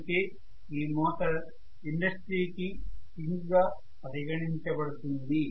అందుకే ఈ motor industries కి కింగ్ గా పరిగణించబడుతుంది